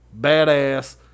badass